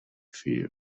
fear